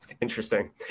Interesting